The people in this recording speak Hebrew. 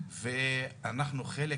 ואנחנו חלק